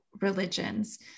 religions